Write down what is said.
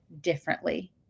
differently